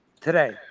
Today